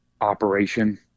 operation